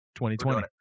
2020